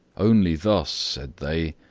only thus, said they,